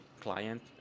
client